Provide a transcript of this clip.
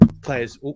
players